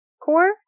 core